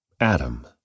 Adam